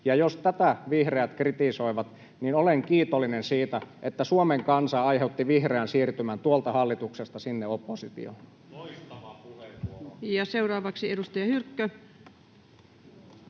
Ja jos tätä vihreät kritisoivat, niin olen kiitollinen siitä, että Suomen kansa aiheutti vihreän siirtymän tuolta hallituksesta sinne oppositioon. [Speech 231] Speaker: